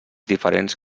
diferents